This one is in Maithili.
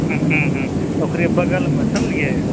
हुँ हुँ हुँ ओकरे बगलमे समझलिए